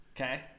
Okay